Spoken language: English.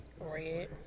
Red